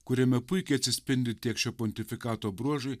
kuriame puikiai atsispindi tiek šio pontifikato bruožų